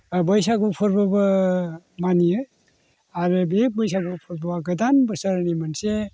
एबा बैसागु फोरबोबो मानियो आरो बे बैसागु फोरबोआ गोदान बोसोरनि मोनसे